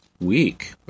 week